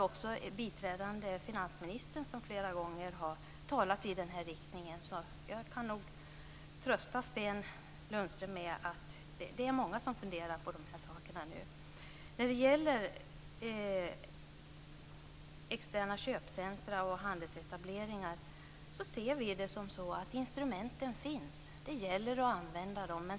Också biträdande finansministern har flera gånger talat i den här riktningen. Jag kan trösta Sten Lundström med att det är många som nu funderar på de här frågorna. När det gäller externa köpcentrum och handelsetableringar ser vi det så att instrumenten finns och att det gäller att använda dem.